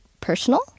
personal